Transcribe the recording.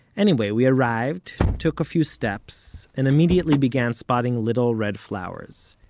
anyway, we arrived, took a few steps, and immediately began spotting little red flowers.